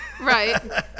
Right